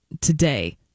today